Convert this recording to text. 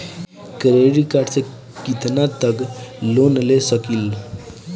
Credit card से कितना तक लोन ले सकईल?